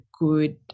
good